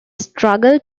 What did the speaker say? struggled